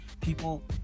people